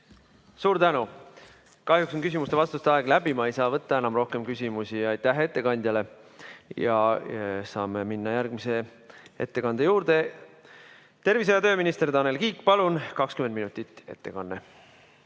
Suur tänu! Kahjuks on küsimuste ja vastuste aeg läbi, ma ei saa võtta enam rohkem küsimusi. Aitäh ettekandjale! Saame minna järgmise ettekande juurde. Tervise‑ ja tööminister Tanel Kiik, palun! 20 minutit on ettekanne.